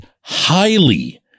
highly